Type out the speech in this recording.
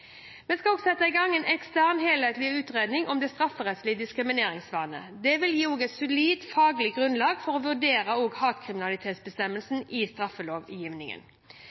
Vi skal sette i gang en ekstern, helhetlig utredning om det strafferettslige diskrimineringsvernet. Det vil gi et solid faglig grunnlag for å vurdere hatkriminalitetsbestemmelsene i straffelovgivningen.